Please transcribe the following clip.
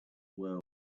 world